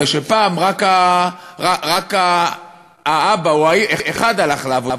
כי פעם רק האבא או האימא, אחד הלך לעבוד.